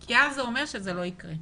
כי אז זה אומר שזה לא יקרה.